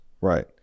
right